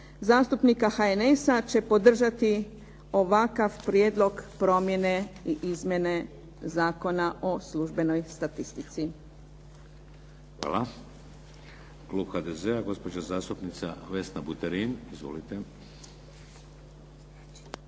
zastupnika HNS-a će podržati ovakav prijedlog promjene i izmjene Zakona o službenoj statistici.